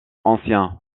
ancien